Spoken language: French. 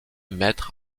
maître